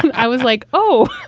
i was like, oh,